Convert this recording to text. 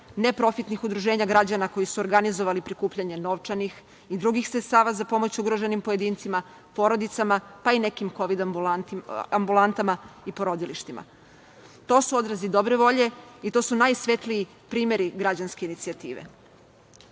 neprofitnih udruženja građana koji su organizovali prikupljanje novčanih i drugih sredstava za pomoć ugroženim pojedincima, porodicama, pa i nekim kovid ambulantama i porodilištima. To su odrazi dobre volje i to su najsvetliji primeri građanske inicijative. Na